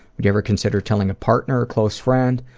you ever considered telling a partner or close friend?